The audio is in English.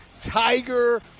Tiger